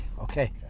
Okay